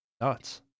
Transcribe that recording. nuts